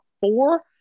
four